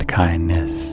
kindness